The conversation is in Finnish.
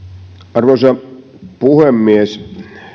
arvoisa puhemies